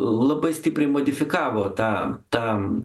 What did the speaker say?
labai stipriai modifikavo tą tą